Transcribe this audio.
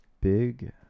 big